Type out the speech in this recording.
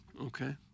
Okay